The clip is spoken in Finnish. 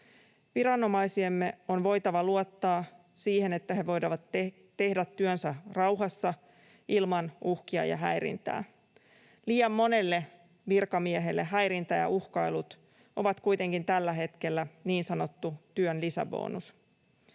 Viranomaistemme on voitava luottaa siihen, että he voivat tehdä työnsä rauhassa ilman uhkia ja häirintää. Liian monelle virkamiehelle häirintä ja uhkailut ovat kuitenkin tällä hetkellä niin sanottu työn lisäbonus.